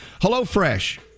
HelloFresh